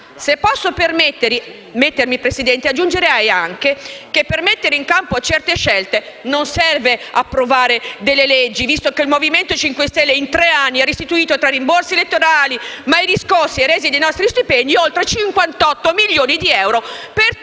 Se posso permettermi, signor Presidente, aggiungerei anche che per mettere in campo certe scelte non serve approvare delle leggi, visto che il Movimento 5 Stelle in tre anni ha restituito, tra rimborsi elettorali mai riscossi e resi dei nostri stipendi, oltre 58 milioni di euro, per tutti